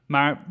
Maar